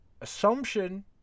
assumption